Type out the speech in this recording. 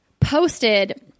posted